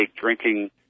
drinking